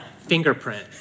fingerprint